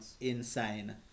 insane